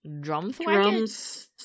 Drumthwacket